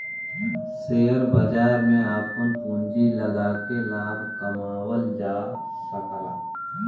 share बाजार में आपन पूँजी लगाके लाभ कमावल जा सकला